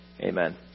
Amen